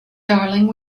darling